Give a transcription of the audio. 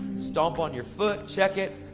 stomp on your foot, check it.